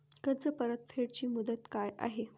कर्ज परतफेड ची मुदत काय आहे?